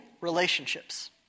relationships